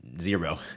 zero